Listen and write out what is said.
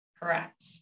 Correct